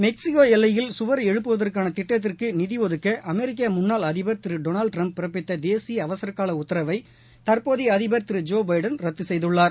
Mexico எல்லையில் சுவர் எழுப்புவதற்கான திட்டத்திற்கு நிதி ஒதுக்க அமெரிக்க முன்னாள் அதிபர் திரு டொளால்டு ட்டிரம்ப் பிறப்பித்த தேசிய அவசரகால உத்தரவை தற்போதைய அதிபர் திரு ஜோ பைடன் ர்த்து செய்துள்ளார்